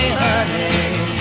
honey